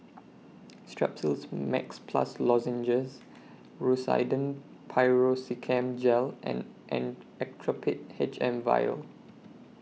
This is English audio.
Strepsils Max Plus Lozenges Rosiden Piroxicam Gel and Actrapid H M Vial